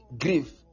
grief